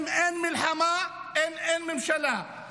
אין מלחמה, אין ממשלה.